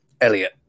Elliot